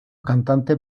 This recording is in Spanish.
cantantes